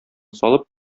салып